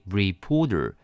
reporter